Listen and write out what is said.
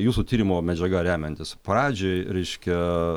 jūsų tyrimo medžiaga remiantis pradžioj reiškia